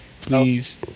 Please